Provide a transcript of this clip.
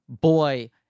boy